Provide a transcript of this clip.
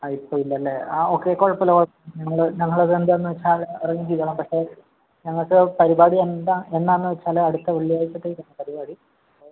ആ ഇപ്പോൾ ഇല്ലല്ലേ ആ ഓക്കെ കുഴപ്പം ഇല്ല നിങ്ങൾ ഞങ്ങൾ ഇത് എന്താണെന്നുവെച്ചാൽ അറേഞ്ച് ചെയ്തുകൊള്ളാം പക്ഷേ നമുക്ക് പരിപാടി എന്താ എന്നാണെന്ന് വെച്ചാൽ അടുത്ത വെള്ളിയാഴ്ചത്തേക്കാണ് പരിപാടി അപ്പോൾ